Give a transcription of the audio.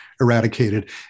eradicated